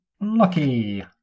lucky